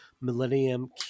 Millennium